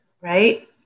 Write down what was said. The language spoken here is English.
right